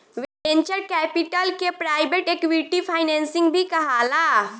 venture capital के private equity financing भी कहाला